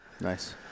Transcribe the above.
nice